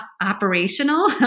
operational